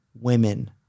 women